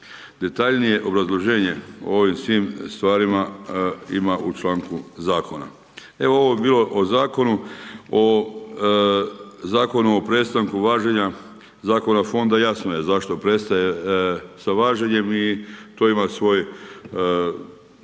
Detaljnije obrazloženje o ovim svim stvarima ima u članku zakona. Evo ovo bi bilo o zakonu o prestanku važenja, u zakonu fonda jasno je zašto prestaje sa važenjem i to ima svoj